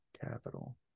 capital